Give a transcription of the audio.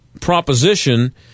proposition